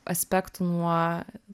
aspektų nuo